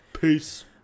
Peace